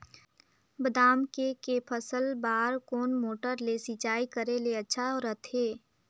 बादाम के के फसल बार कोन मोटर ले सिंचाई करे ले अच्छा रथे?